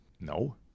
no